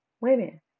women